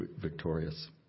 victorious